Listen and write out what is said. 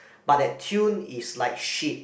but that tune is like shit